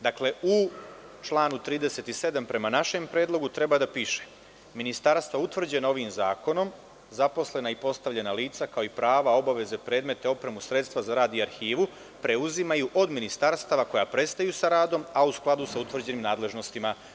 Dakle, u članu 37. prema našem predlogu treba da piše: „Ministarstva utvrđena ovim zakonom, zaposlena i postavljena lica, kao i prava, obaveze, predmete, opremu, sredstva za rad i arhivu preuzimaju od ministarstava koja prestaju sa radom, a u skladu sa utvrđenim nadležnostima“